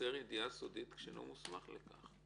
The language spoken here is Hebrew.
"מוסר ידיעה סודית כשאינו מוסמך לכך".